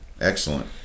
excellent